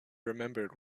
remembered